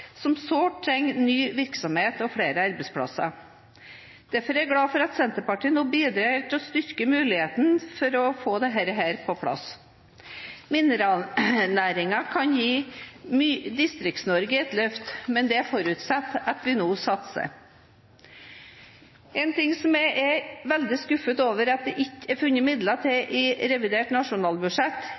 som sårt trenger ny virksomhet og flere arbeidsplasser. Derfor er jeg glad for at Senterpartiet nå bidrar til å styrke muligheten for å få dette på plass. Mineralnæringen kan gi Distrikts-Norge et løft, men det forutsetter at vi nå satser. En ting som jeg er veldig skuffet over at det ikke er funnet penger til i revidert nasjonalbudsjett,